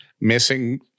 missing